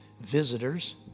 visitors